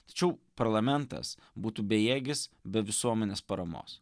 tačiau parlamentas būtų bejėgis be visuomenės paramos